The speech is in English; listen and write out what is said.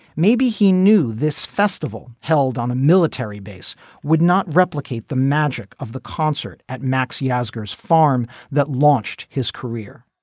maybe he knew this festival held on a military base would not replicate the magic of the concert at max's oscar's farm that launched his career.